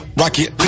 rocket